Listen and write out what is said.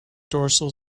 dorsal